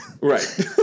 Right